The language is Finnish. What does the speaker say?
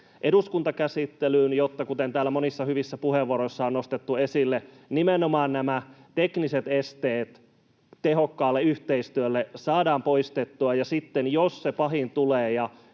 eduskuntakäsittelyyn, jotta, kuten täällä monissa hyvissä puheenvuoroissa on nostettu esille, nimenomaan nämä tekniset esteet tehokkaalle yhteistyölle saadaan poistettua, ja sitten jos se pahin tulee